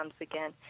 again